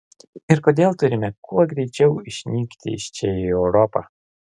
ir kodėl turime kuo greičiau išnykti iš čia į europą